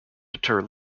deter